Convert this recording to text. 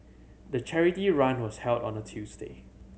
the charity run was held on a Tuesday